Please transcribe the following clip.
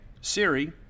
Siri